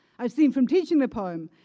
i see from teaching the poem,